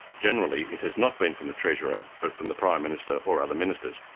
generally it has not been from the treasurer but from the prime minister or other ministers.